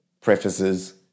prefaces